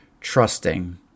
trusting